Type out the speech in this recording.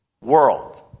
world